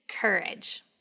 courage